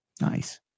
Nice